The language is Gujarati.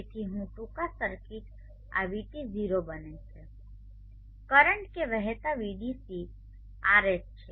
તેથી હું ટૂંકા સર્કિટ આ vT 0 બને છે કરંટ કે વહેતા Vdc આર RS છે